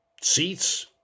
seats